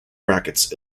brackets